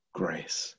grace